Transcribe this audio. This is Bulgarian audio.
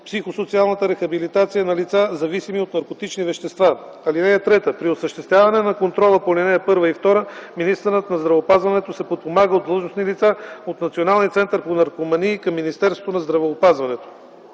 психосоциалната рехабилитация на лица, зависими от наркотични вещества.” (3) При осъществяване на контрола по ал. 1 и 2 министърът на здравеопазването се подпомага от длъжностни лица от Националния център по наркомании към Министерството на здравеопазването.”